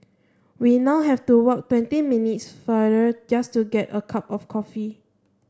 we now have to walk twenty minutes farther just to get a cup of coffee